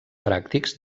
pràctics